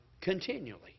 continually